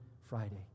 Friday